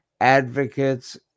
advocates